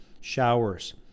showers